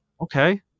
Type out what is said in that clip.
Okay